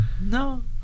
No